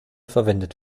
verwendet